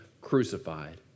crucified